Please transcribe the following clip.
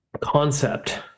concept